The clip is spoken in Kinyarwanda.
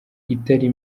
itari